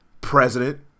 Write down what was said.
President